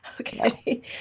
Okay